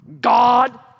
God